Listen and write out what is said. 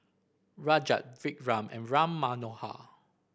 Rajat Vikram and Ram Manohar